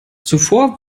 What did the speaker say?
zuvor